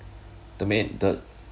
the main the